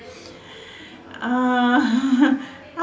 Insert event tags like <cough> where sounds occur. uh <laughs>